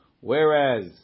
whereas